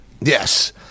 Yes